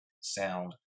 sound